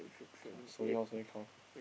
count slowly slowly count